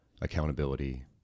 accountability